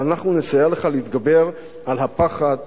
ואנחנו נסייע לך להתגבר על הפחד,